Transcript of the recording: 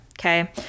Okay